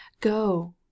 go